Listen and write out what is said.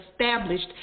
established